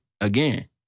Again